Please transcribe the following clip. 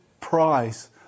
price